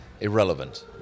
irrelevant